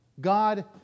God